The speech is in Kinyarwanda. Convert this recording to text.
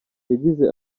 yagize